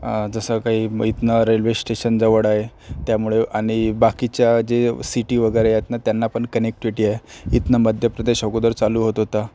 जसं काही इथनं रेल्वे स्टेशन जवळ त्यामुळं आहे आणि बाकीच्या जे सिटी वगैरे आहेत ना त्यांना पण कनेक्टिव्हिटी आहे इथनं मध्य प्रदेश अगोदर चालू होत होता